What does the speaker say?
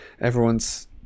everyone's